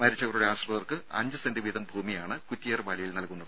മരിച്ചവരുടെ ആശ്രിതർക്ക് അഞ്ച് സെന്റ് വീതം ഭൂമിയാണ് കുറ്റിയാർവാലിയിൽ നൽകുന്നത്